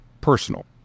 Personal